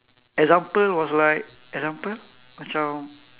example was like example macam